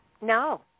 No